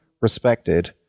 respected